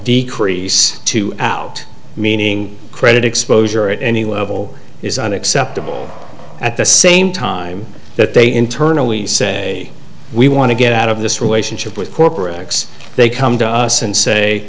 decrease to out meaning credit exposure at any level is unacceptable at the same time that they internally say we want to get out of this relationship with corporate x they come to us and say